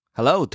Hello